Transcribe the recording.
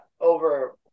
Over